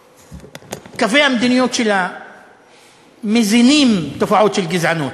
וקווי המדיניות שלה מזינים תופעות של גזענות.